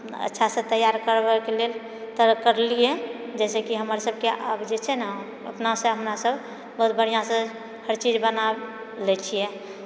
अच्छासँ तैआर करबैक लेल थोड़ा करलियै जैसे कि हमर सबके आब जे छै नऽ अपनासँ हमरासभ बहुत बढिआँसँ हर चीज बना लैत छियै